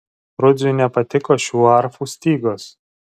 rudziui nepatiko šių arfų stygos